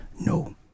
no